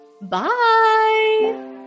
Bye